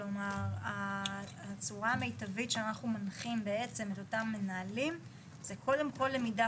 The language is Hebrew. כלומר הצורה המיטבית שאנחנו מנחים את אותם מנהלים זה קודם כל למידה